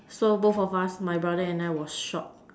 so both of us my brother and I was shocked